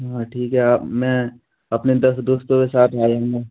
हाँ ठीक है आप मैं अपने दस दोस्तों के साथ में आ जाऊँगा